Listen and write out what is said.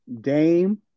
Dame